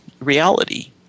Reality